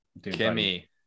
Kimmy